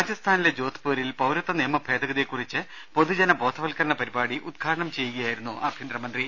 രാജസ്ഥാനിലെ ജോധ്പൂരിൽ പൌരത്വ നിയമ ഭേദ ഗതിയെക്കുറിച്ച് പൊതുജന ബോധവത്കരണ പരിപാടി ഉദ്ഘാടനം ചെയ്യു കയായിരുന്നു ആഭ്യന്തര മന്ത്രി